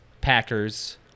Packers